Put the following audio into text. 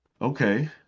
Okay